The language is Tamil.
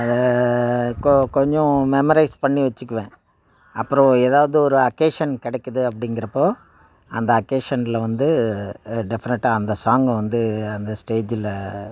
அதை கொ கொஞ்சம் மெமரைஸ் பண்ணி வச்சிக்குவேன் அப்பறம் எதாவது ஒரு அக்கேஷன் கிடைக்கிது அப்படிங்கிறப்போ அந்த அக்கேஷனில் வந்து டெஃபனட்டாக அந்த சாங்கை வந்து அந்த ஸ்டேஜில்